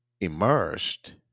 immersed